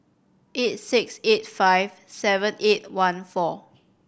eight six eight five seven eight one four